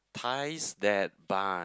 ties that buy